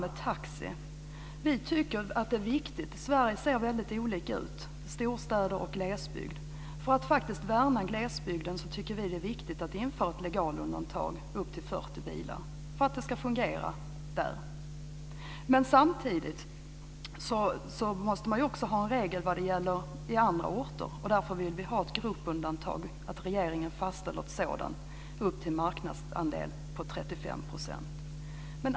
Sverige ser ut på väldigt olika sätt. Det är storstäder och glesbygd. För att värna glesbygden tycker vi att det är viktigt att vi inför ett legalundantag för företag med upp till 40 bilar, så att det fungerar där. Men samtidigt måste man också ha en regel vad det gäller företag på andra orter, och därför vill vi att regeringen fastställer ett gruppundantag för företag med en marknadsandel på upp till 35 %.